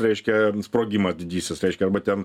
reiškia sprogimas didysis reiškia arba ten